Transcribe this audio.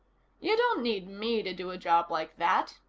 you don't need me to do a job like that,